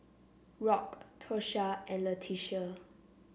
Rock Tosha and Leticia